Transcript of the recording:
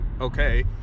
okay